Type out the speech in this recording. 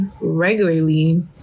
regularly